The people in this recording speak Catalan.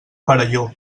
perelló